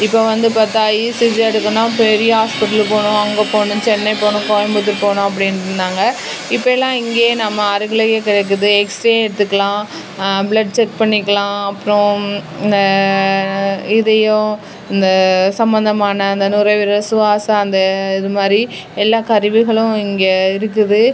இப்போது வந்து பார்த்தா இசிஜி எடுக்கணும் பெரிய ஹாஸ்ப்பிட்லு போகணும் அங்கே போகணும் சென்னை போகணும் கோயம்புத்தூர் போகணும் அப்படின்னாங்க இப்போ எல்லாம் இங்கே நம்ம அருகிலையே கிடைக்கிது எக்ஸ்ரேயும் எடுத்துக்கலாம் ப்ளட் செக் பண்ணிக்கலாம் அப்புறோம் இந்த இதயம் இந்த சம்மந்தமான அந்த நுரையீரல் சுவாசம் அந்த இது மாதிரி எல்லா கருவிகளும் இங்கே இருக்குது